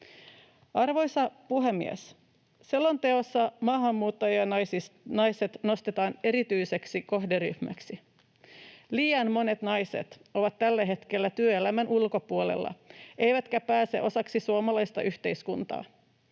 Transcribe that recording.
Arvoisa puhemies! Selonteossa maahanmuuttajanaiset nostetaan erityiseksi kohderyhmäksi. Liian monet naiset ovat tällä hetkellä työelämän ulkopuolella eivätkä pääse osaksi suomalaista yhteiskuntaa.